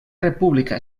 república